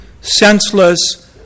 senseless